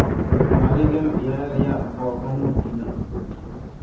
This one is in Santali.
ᱟᱨᱮ ᱜᱮᱞ ᱮᱭᱟᱭ ᱨᱮᱭᱟᱜ ᱵᱚᱨᱜᱚᱢᱩᱞ ᱛᱤᱱᱟᱹᱜ